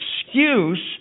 excuse